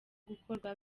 gukorwa